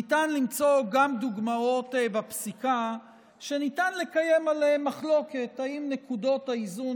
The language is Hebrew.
ניתן למצוא גם דוגמאות בפסיקה שניתן לקיים עליהן דיון אם נקודות האיזון